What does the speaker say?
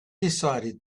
decided